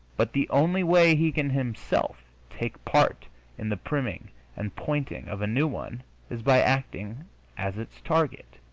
but the only way he can himself take part in the priming and pointing of a new one is by acting as its target.